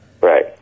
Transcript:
right